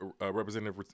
representative